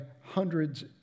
hundreds